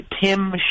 Tim